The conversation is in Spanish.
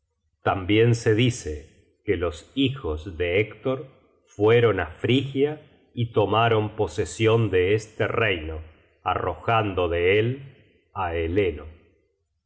tambien se dice que los hijos de héctor fueron á frigia y tomaron posesion de este reino arrojando de él á eleno